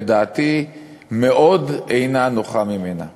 ודעתי מאוד אינה נוחה ממנה.